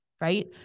right